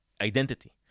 identity